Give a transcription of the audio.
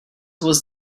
was